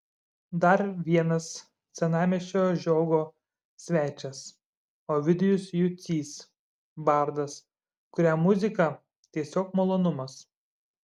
dar vienas senamiesčio žiogo svečias ovidijus jucys bardas kuriam muzika tiesiog malonumas